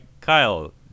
Kyle